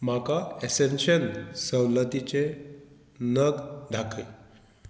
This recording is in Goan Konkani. म्हाका एसेन्शल सवलतीचे नग दाखय